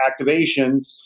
activations